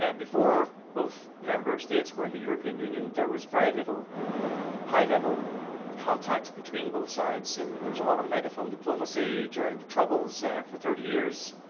ah before both member states were in the european union, there was very little high level contact between both sides. so there's a lot of megaphone diplomacy during the troubles for thirty years.